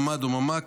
ממ"ד או ממ"ק,